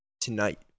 tonight